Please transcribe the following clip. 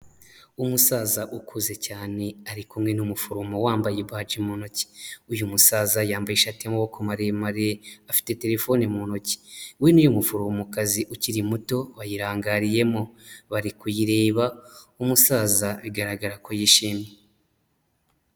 Umusaza ukuze cyane ari kumwe n'umuforomo wambaye baji mu ntoki uyu musaza yambaye ishati y'amaboko maremare afite telefone mu ntoki we n'uyu muforomo kazi ukiri muto bayirangariyemo bari kuyireba umusaza bigaragara ko yishimye.